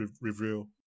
reveal